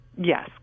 Yes